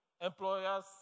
Employers